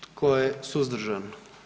Tko je suzdržan?